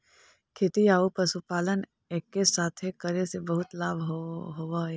खेती आउ पशुपालन एके साथे करे से बहुत लाभ होब हई